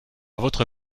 votre